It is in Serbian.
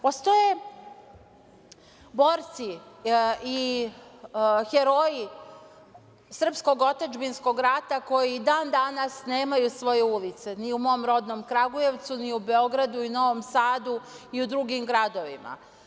Postoje borci i heroji srpskog otadžbinskog rata koji i dan danas nemaju svoje ulice ni u mom rodnom Kragujevcu, ni u Beogradu i Novom Sadu i u drugim gradovima.